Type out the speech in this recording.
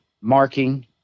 marking